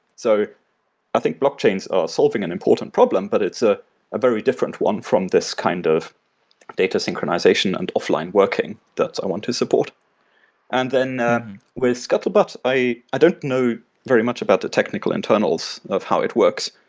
so i think blockchains are solving an important problem, but it's a ah very different one from this kind of data synchronization and offline working that i want to support and then then with scuttlebot, i i don't know very much about the technical internals of how it works,